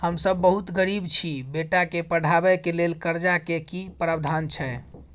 हम सब बहुत गरीब छी, बेटा के पढाबै के लेल कर्जा के की प्रावधान छै?